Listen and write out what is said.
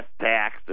tax